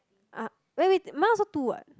ah w~ wait mine also two what